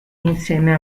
insieme